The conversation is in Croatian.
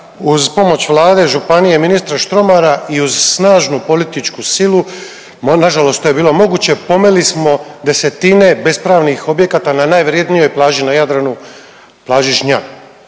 uz pomoć Vlade, županije i ministra Štromara i uz snažnu političku silu, nažalost to je bilo moguće, pomeli smo desetine bespravnih objekata na najvrjednijoj plaži na Jadranu, plaži Žnjan.